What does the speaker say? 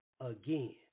again